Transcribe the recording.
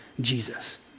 Jesus